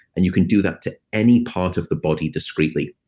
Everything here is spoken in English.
and you can do that to any part of the body discretely.